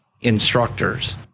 instructors